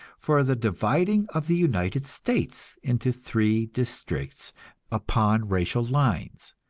for the dividing of the united states into three districts upon racial lines.